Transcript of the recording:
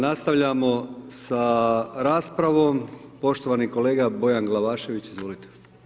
Nastavljamo sa raspravom, poštovani kolega Bojan Glavašević, izvolite.